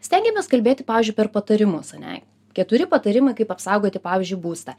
stengiamės kalbėti pavyzdžiui per patarimus ane keturi patarimai kaip apsaugoti pavyzdžiui būstą